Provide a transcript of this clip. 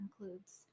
includes